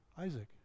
Isaac